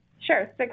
Sure